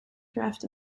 draft